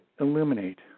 illuminate